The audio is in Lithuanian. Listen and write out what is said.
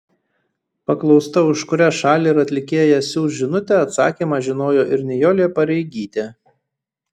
paklausta už kurią šalį ar atlikėją siųs žinutę atsakymą žinojo ir nijolė pareigytė